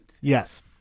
Yes